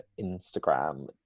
Instagram